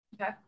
Okay